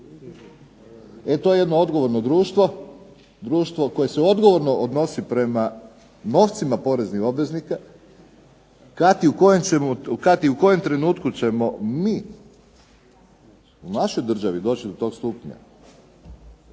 E to je jedno odgovorno društvo, koje se odgovorno odnosi prema novcima poreznih obveznika, kada i u kojem trenutku ćemo mi u našoj državi doći do toga stupnja,